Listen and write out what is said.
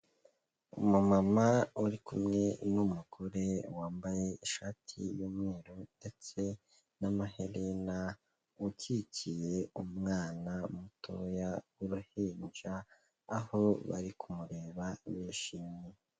Umumama uri kumwe n'umugore wambaye ishati y'umweru, ndetse n'amaherena, ukikiye umwana mutoya w'uruhinja, aho bari kumureba bishimye.